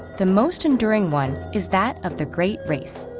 the most enduring one is that of the great race.